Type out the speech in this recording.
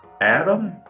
Adam